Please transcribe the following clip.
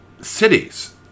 cities